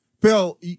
Bill